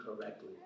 correctly